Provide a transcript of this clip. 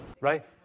Right